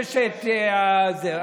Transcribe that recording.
ששת הזה.